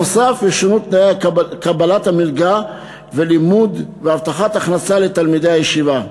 נוסף על כך ישונו תנאי קבלת המלגה ללימוד והבטחת הכנסה לתלמידי הישיבה,